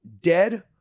Dead